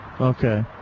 Okay